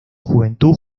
juventud